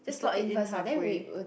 you slot it in halfway